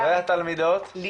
אולי התלמידות?